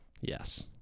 Yes